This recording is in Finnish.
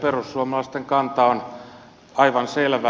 perussuomalaisten kanta on aivan selvä